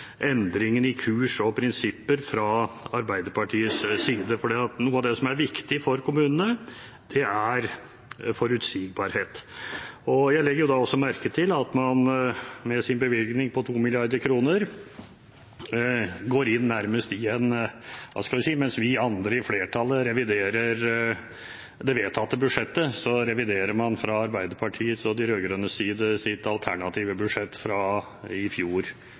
endringen i kurs og prinsipper fra Arbeiderpartiets side, for noe av det som er viktig for kommunene, er forutsigbarhet. Jeg legger også merke til bevilgningen på 2 mrd. kr – mens vi som utgjør flertallet, reviderer det vedtatte budsjettet, reviderer man fra Arbeiderpartiets og de rød-grønnes side sitt alternative budsjett fra i fjor